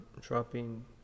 dropping